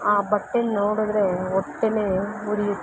ಆ ಬಟ್ಟೆ ನೋಡಿದ್ರೆ ಹೊಟ್ಟೆನೇ ಉರಿಯುತ್ತೆ